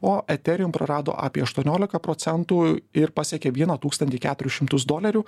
o eterium prarado apie aštuoniolika procentų ir pasiekė vieną tūkstantį keturis šimtus dolerių